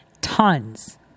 tons